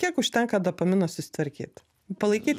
kiek užtenka dopamino susitvarkyt palaikyt